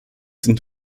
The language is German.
sind